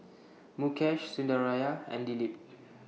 Mukesh Sundaraiah and Dilip